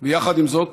ויחד עם זאת